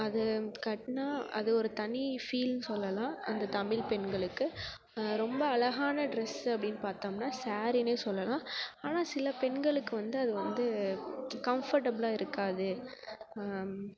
அது கட்டினா அது ஒரு தனி ஃபீல்ன்னு சொல்லலாம் அந்த தமிழ் பெண்களுக்கு ரொம்ப அழகான ட்ரெஸ்ஸு அப்படின்னு பார்த்தோன்னா ஸாரின்னு சொல்லலாம் ஆனால் சில பெண்களுக்கு வந்து அது வந்து கம்ஃபர்டபுளாக இருக்காது